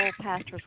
pastor's